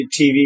TV